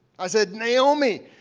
i said, naomi,